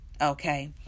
okay